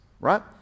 right